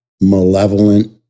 malevolent